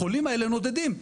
החולים האלה נודדים.